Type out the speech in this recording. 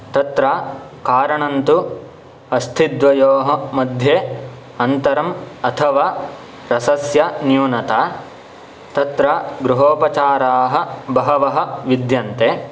तत्र कारणं तु अस्थिद्वयोः मध्ये अन्तरम् अथवा रसस्य न्यूनता तत्र गृहोपचाराः बहवः विद्यन्ते